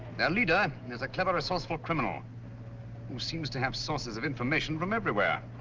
their leader is a clever, resourceful criminal who seems to have sources of information from everywhere.